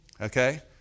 Okay